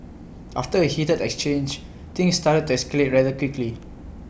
after A heated exchange things started to escalate rather quickly